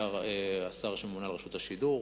היה השר שממונה על רשות השידור,